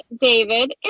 David